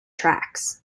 tracks